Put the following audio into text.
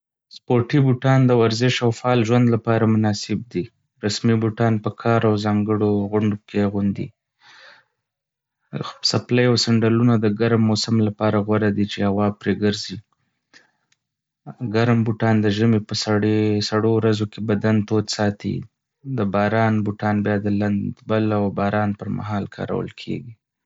سپورټي بوټان د ورزش او فعال ژوند لپاره مناسب دي. رسمي بوټان په کار او ځانګړو غونډو کې اغوندي. څپلۍ او سنډلونه د ګرم موسم لپاره غوره دي، چې هوا پرې ګرځي. ګرم بوټان د ژمي په سړو ورځو کې بدن تود ساتي. د باران بوټان بیا د لندبل او باران پر مهال کارول کېږي.